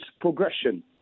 progression